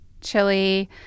chili